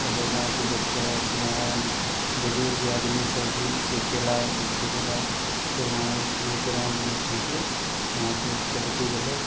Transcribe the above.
लगभग गाँवके बच्चा सिआन बुजुर्ग आदमी सब भी देखैलए खेलैलए सब वहाँ इसकुलके ग्राउण्डमे पहुँचलक वहाँपर कबड्डी भेलक